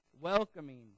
welcoming